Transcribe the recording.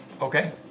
Okay